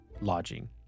lodging